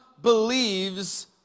believes